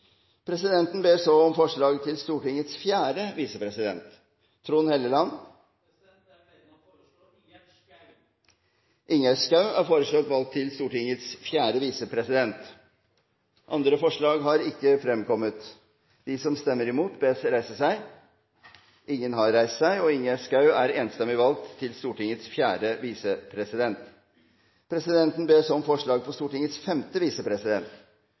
Presidenten ber så om forslag på Stortingets fjerde visepresident. Jeg har gleden av å foreslå Ingjerd Schou. Ingjerd Schou er foreslått valgt til Stortingets fjerde visepresident. – Andre forslag foreligger ikke. Presidenten ber så om forslag på Stortingets femte visepresident.